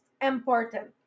important